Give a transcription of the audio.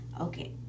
Okay